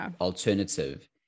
alternative